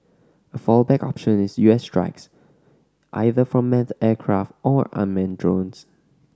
a fallback option is U S strikes either from manned aircraft or unmanned drones